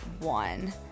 one